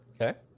okay